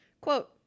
quote